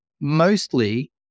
mostly